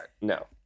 No